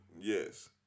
Yes